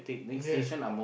yes